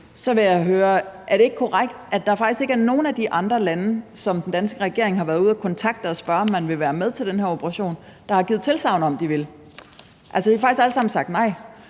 ikke er korrekt, at der ikke er nogen af de andre lande, som den danske regering har været ude at kontakte og spørge, om de ville være med til den her operation, som har givet tilsagn om, at de ville det, altså at de faktisk alle sammen har sagt nej?